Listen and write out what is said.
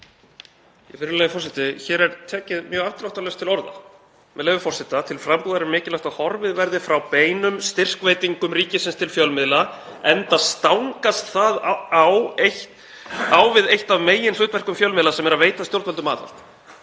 Virðulegur forseti. Hér er tekið mjög afdráttarlaust til orða, með leyfi forseta: „Til frambúðar er mikilvægt að horfið verði frá beinum styrkveitingum ríkisins til fjölmiðla enda stangast það á við eitt af meginhlutverkum fjölmiðla sem er að veita stjórnvöldum aðhald.“